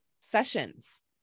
sessions